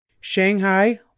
Shanghai